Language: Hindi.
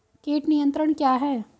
कीट नियंत्रण क्या है?